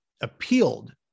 appealed